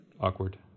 Awkward